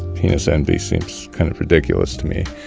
penis envy seems kind of ridiculous to me.